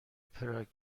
پراگ